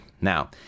now